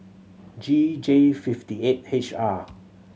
G J fifty eight H R